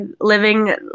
living